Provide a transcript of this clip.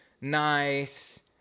nice